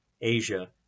Asia